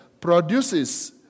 produces